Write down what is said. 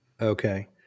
Okay